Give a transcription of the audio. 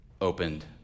opened